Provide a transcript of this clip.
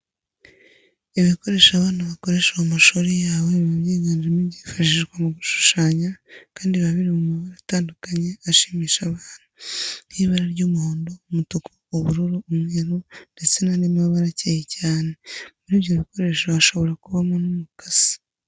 Ibikoresho abana bakoresha mu mashuri yabo biba byiganjemo ibyifashishwa mu gushushanya kandi biba biri mu mabara atandukanye ashimisha abana, nk'ibara ry'umuhondo, umutuku, ubururu, umweru ndetse n'andi mabara akeye cyane. Muri ibyo bikoresho hashobora kubamo n'umukasi.